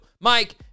Mike